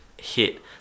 ...hit